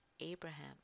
abraham